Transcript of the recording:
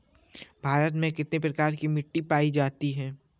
भारत में कितने प्रकार की मिट्टी पायी जाती है?